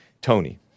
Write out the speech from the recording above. Tony